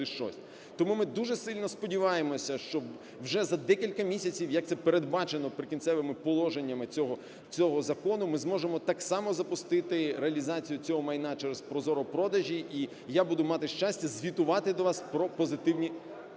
Тому ми дуже сильно сподіваємося, щоб вже за декілька місяців, як це передбачено Прикінцевими положеннями цього закону, ми зможемо так само запустити реалізацію цього майна черезProZorro. Продажі, і я буду мати щастя звітувати до вас про позитивні